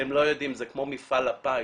זה כמו מפעל הפיס,